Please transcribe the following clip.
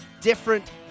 different